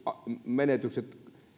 menetykset